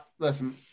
Listen